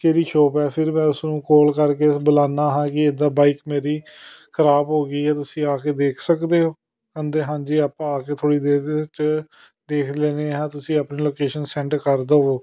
ਕੀਹਦੀ shop ਹੈ ਫਿਰ ਮੈਂ ਉਸਨੂੰ ਕੋਲ ਕਰਕੇ ਬੁਲਾਉਂਦਾ ਹਾਂ ਕਿ ਇੱਦਾਂ ਬਾਈਕ ਮੇਰੀ ਖ਼ਰਾਬ ਹੋ ਗਈ ਹੈ ਤੁਸੀਂ ਆ ਕੇ ਦੇਖ ਸਕਦੇ ਹੋ ਕਹਿੰਦੇ ਹਾਂਜੀ ਆਪਾਂ ਆ ਕੇ ਥੋੜ੍ਹੀ ਦੇਰ ਦੇ ਵਿੱਚ ਦੇਖ ਲੈਂਦੇ ਹਾਂ ਤੁਸੀਂ ਆਪਣੀ ਲੋਕੇਸ਼ਨ ਸੈਂਡ ਕਰ ਦੇਵੋ